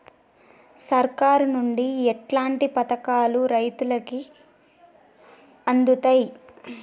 సర్కారు నుండి ఎట్లాంటి పథకాలు రైతులకి అందుతయ్?